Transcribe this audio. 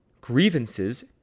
grievances